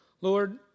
Lord